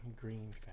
green